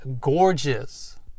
gorgeous